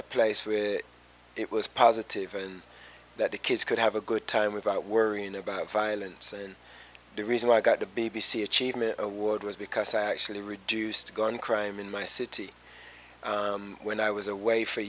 a place where it was positive and that the kids could have a good time without worrying about violence and the reason why i got the b b c achievement award was because i actually reduced gun crime in my city when i was away for